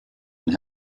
and